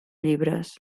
llibres